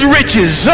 riches